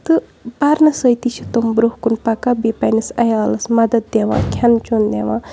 تہٕ پَرنہٕ سۭتی چھِ تٕم برونٛہہ کُن پَکان بیٚیہِ پنٛنِس عیالَس مَدد دِوان کھٮ۪نہٕ چٮ۪وٚن دِوان